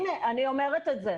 אז הנה, אני אומרת את זה.